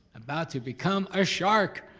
about to become a shark!